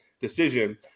decision